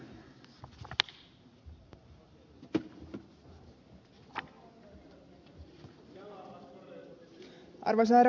arvoisa herra puhemies